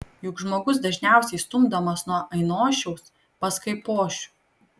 juk žmogus dažniausiai stumdomas nuo ainošiaus pas kaipošių